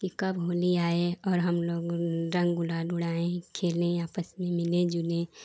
कि कब होली आए और हमलोग रंग गुलाल उड़ाएँ खेलें आपस में मिलें जुलें